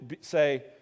say